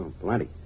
Plenty